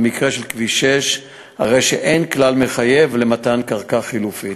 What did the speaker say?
במקרה של כביש 6 אין כלל מחייב למתן קרקע חלופית.